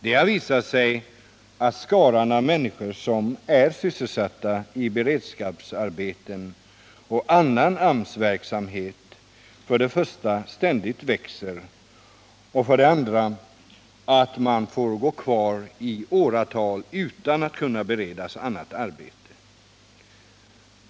Det har visat sig att skaran av människor som är sysselsatta i beredskapsarbeten och annan AMS-verksamhet för det första ständigt växer och för det andra får gå kvar i åratal utan att kunna beredas annat arbete.